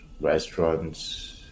restaurants